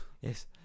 Yes